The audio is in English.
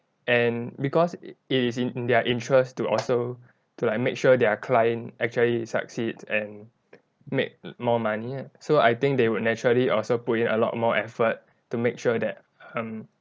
and because it is in their interest to also to like make sure their client actually succeed and make more money so I think they would naturally also put in a lot more effort to make sure that um